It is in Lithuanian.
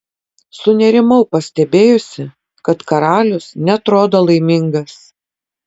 sunerimau pastebėjusi kad karalius neatrodo laimingas